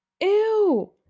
Ew